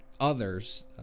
others